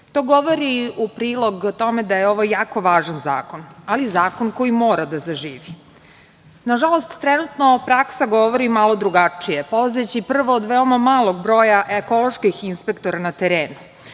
To govori u prilog tome da je ovo jako važan zakon, ali zakon koji mora da zaživi. Nažalost, trenutno praksa govori malo drugačije, polazeći prvo od veoma malog broja ekoloških inspektora na terenu.